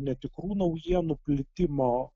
netikrų naujienų plitimo